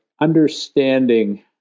understanding